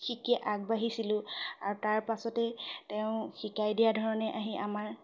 শিকি আগবাঢ়িছিলোঁ আৰু তাৰ পাছতেই তেওঁ শিকাই দিয়া ধৰণে আহি আমাৰ